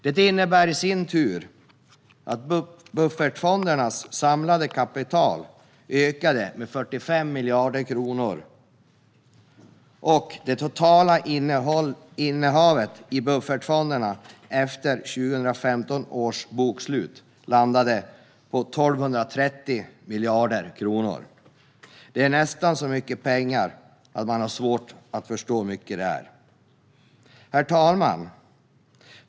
Det innebar i sin tur att buffertfondernas samlade kapital ökade med 45 miljarder kronor och att det totala innehavet i buffertfonderna efter 2015 års bokslut landade på 1 230 miljarder kronor. Det är nästan så mycket pengar att man har svårt att förstå hur mycket det är. Herr talman!